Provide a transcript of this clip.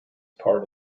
part